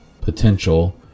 potential